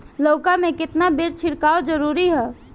लउका में केतना बेर छिड़काव जरूरी ह?